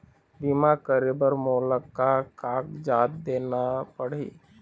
बीमा करे बर मोला का कागजात देना पड़ही?